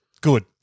Good